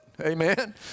Amen